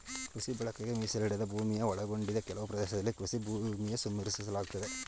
ಕೃಷಿ ಬಳಕೆಗೆ ಮೀಸಲಿಡದ ಭೂಮಿನ ಒಳಗೊಂಡಿದೆ ಕೆಲವು ಪ್ರದೇಶದಲ್ಲಿ ಕೃಷಿ ಭೂಮಿನ ಸಂರಕ್ಷಿಸಲಾಗಯ್ತೆ